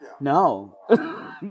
No